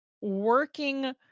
working